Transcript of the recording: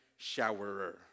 showerer